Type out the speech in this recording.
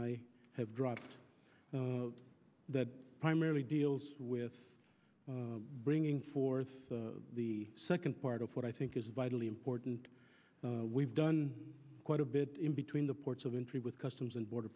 i have dropped that primarily deals with bringing forth the second part of what i think is vitally important we've done quite a bit in between the ports of entry with customs and border